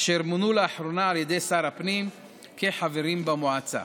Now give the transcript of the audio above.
אשר מונו לאחרונה על ידי שר הפנים לחברים במועצה.